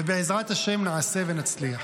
ובעזרת ה' נעשה ונצליח.